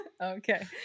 Okay